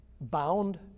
bound